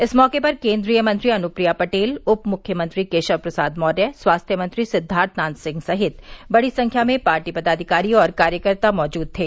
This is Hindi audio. इस मौके पर केन्द्रीय मंत्री अनुप्रिया पटेल उप मुख्यमंत्री केशव प्रसाद मौर्य स्वास्थ्य मंत्री सिद्वार्थनाथ सिंह सहित बड़ी संख्या में पार्टी पदाधिकारी और कार्यकर्ता मौजूद थे